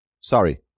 Sorry